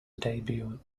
debut